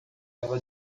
ela